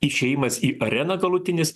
išėjimas į areną galutinis